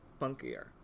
funkier